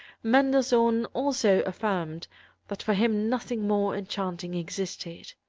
mendelssohn also affirmed that for him nothing more enchanting existed.